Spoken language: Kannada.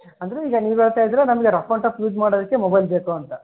ಅಂದರೆ ಈಗ ನೀವು ಹೇಳ್ತಾಯಿದ್ದೀರ ನಮಗೆ ರಫ್ ಆ್ಯಂಡ್ ಟಫ್ ಯೂಸ್ ಮಾಡೋದಕ್ಕೆ ಮೊಬೈಲ್ ಬೇಕು ಅಂತ